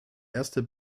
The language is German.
erste